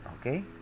Okay